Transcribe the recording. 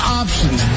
options